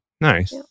nice